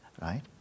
Right